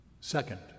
Second